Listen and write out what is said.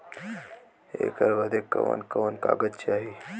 ऐकर बदे कवन कवन कागज चाही?